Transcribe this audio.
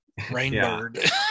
Rainbird